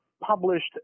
published